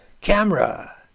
camera